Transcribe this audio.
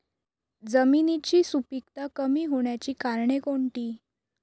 जमिनीची सुपिकता कमी होण्याची कारणे कोणती?